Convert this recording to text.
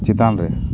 ᱪᱮᱛᱟᱱ ᱨᱮ